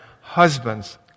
Husbands